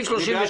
הצבעה אושר.